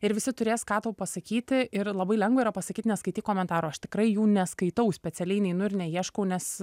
ir visi turės ką tau pasakyti ir labai lengva yra pasakyt neskaityk komentarų aš tikrai jų neskaitau specialiai neinu ir neieškau nes